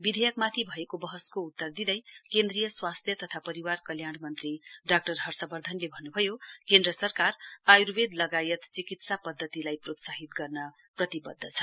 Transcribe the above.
विधेयकमाथि भएको बहसको उत्तर दिँदै केन्द्रीय स्वास्थ्य तथा परिवार कल्याण मन्त्री डाक्टर हर्षवर्धनले भन्नुभएको केन्द्र सरकार आयुर्वेद लगायत चिकिस्सा पद्यतिलाई प्रोत्साहित गर्न प्रतिवद्य छ